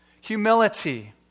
humility